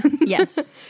Yes